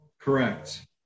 Correct